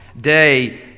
day